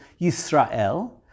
Yisrael